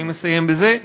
אני מסיים בזה.